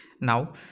Now